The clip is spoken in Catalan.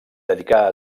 dedicà